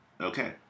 Okay